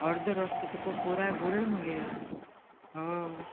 अर्दो रस्तो तो पळय पुराय बुडलो मगे हय